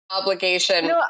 obligation